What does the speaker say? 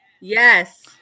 Yes